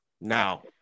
Now